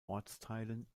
ortsteilen